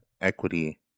equity